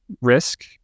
risk